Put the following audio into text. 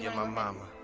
yeah my mama.